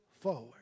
forward